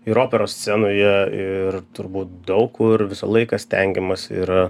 ir operos scenoje ir turbūt daug kur visą laiką stengiamasi yra